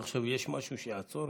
אתה חושב שיש משהו שיעצור,